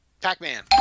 pac-man